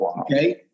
Okay